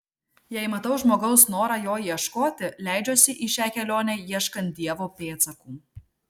jei matau žmogaus norą jo ieškoti leidžiuosi į šią kelionę ieškant dievo pėdsakų